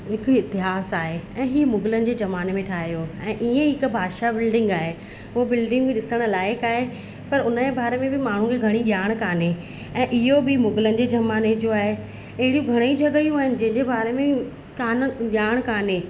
हिकु इतिहास आहे ऐं ही मुगलनि जे ज़माने में ठाहियो ऐं ईअं ई हिकु भाषा बिल्डिंग आहे उहो बिल्डिंग ॾिसण लाइक़ु आहे पर उन जे बारे में बि माण्हूअ खे घणी ॼाणु कोन्हे ऐं इहो बि मुगलनि जे ज़माने जो आहे अहिड़ियूं घणेई जॻहियूं आहिनि जंहिंजे बारे में कोन ॼाणु कोन्हे